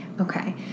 Okay